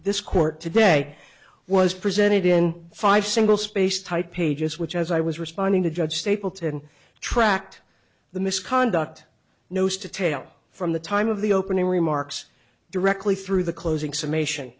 this court today was presented in five single spaced type pages which as i was responding to judge stapleton tracked the misconduct nose to tail from the time of the opening remarks directly through the closing summation